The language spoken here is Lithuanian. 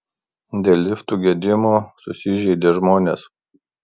dėl liftų gedimų susižeidė žmonės